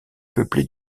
peuplée